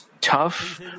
tough